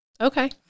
Okay